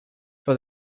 for